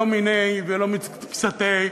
לא מיניה ולא מקצתיה,